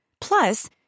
Plus